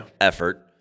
effort